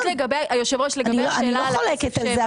אני לא חולקת על זה,